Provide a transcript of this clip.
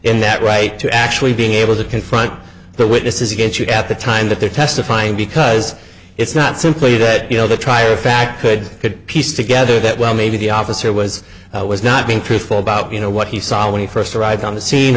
in that right to actually being able to confront the witnesses against you at the time that they're testifying because it's not simply that you know the trier of fact could could piece together that well maybe the officer was was not being truthful about you know what he saw when he first arrived on the scene